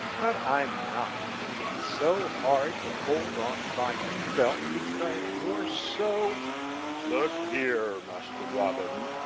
but i'm not. it's so hard to hold on by your belt, because you're so look here. master robin,